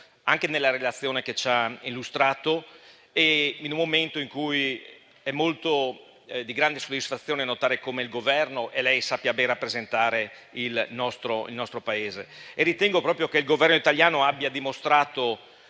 anche nella relazione che ci ha illustrato. In tale momento è di grande soddisfazione notare come il Governo e lei sappiate ben rappresentare il nostro Paese. Ritengo proprio che il Governo italiano abbia dimostrato